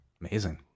amazing